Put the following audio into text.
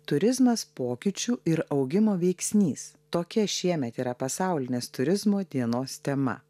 turizmas pokyčių ir augimo veiksnys tokia šiemet yra pasaulinės turizmo dienos tema